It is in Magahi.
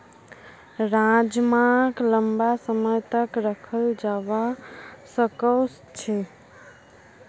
राजमाक लंबा समय तक रखाल जवा सकअ छे